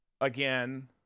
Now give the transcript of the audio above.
again